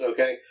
Okay